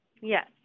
Yes